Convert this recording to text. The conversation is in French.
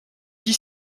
dit